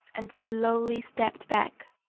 and slowly stepped back.